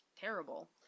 terrible